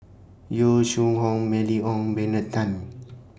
Yong Shu Hoong Mylene Ong Benard Tan